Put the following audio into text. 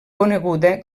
coneguda